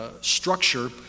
structure